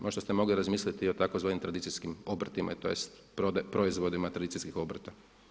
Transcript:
Možda se mogli razmisliti i o tzv. tradicijskim obrtima, tj. proizvodima tradicijskih obrta.